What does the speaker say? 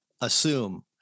assume